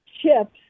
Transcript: chips